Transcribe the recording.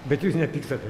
bet jūs nepykstat